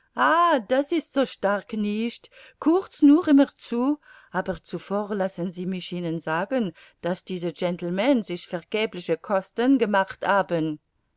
das ist so stark nicht kurz nur immer zu aber zuvor lassen sie mich ihnen sagen daß diese gentlemen sich vergebliche kosten gemacht haben